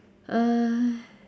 uh